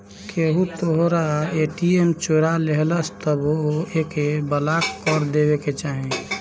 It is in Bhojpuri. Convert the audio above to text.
केहू तोहरा ए.टी.एम चोरा लेहलस तबो एके ब्लाक कर देवे के चाही